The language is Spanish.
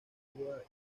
nigeria